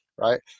Right